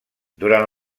durant